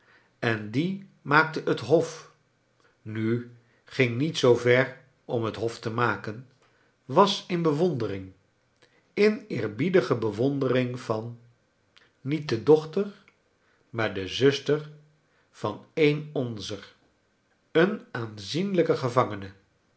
en die maakte het hof nu ging niet zoo ver om het hof te maken was in bewondering in eerbiedige bewondering van niet de dochter maar de zuster van een onzer een aanzienlijken gevangene